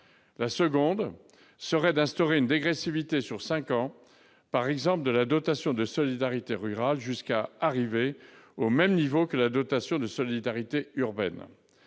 la seconde serait d'instaurer une dégressivité sur cinq ans, par exemple, de la dotation de solidarité rurale, jusqu'à parvenir au niveau de la dotation de solidarité urbaine.